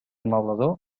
maulador